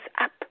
up